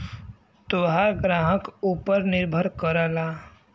तोहार ग्राहक ऊपर निर्भर करला